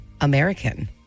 American